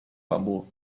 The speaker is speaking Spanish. bambú